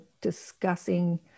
discussing